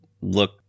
look